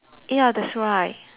ya that's right